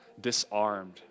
disarmed